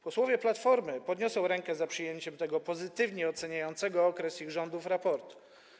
Posłowie Platformy podniosą rękę za przyjęciem tego pozytywnie oceniającego okres ich rządów raportu.